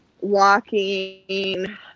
walking